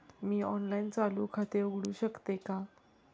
मी online चालू खाते उघडू शकते का?